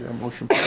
ah motion